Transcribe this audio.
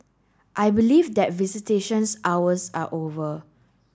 I believe that visitations hours are over